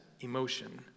emotion